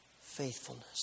faithfulness